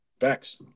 Facts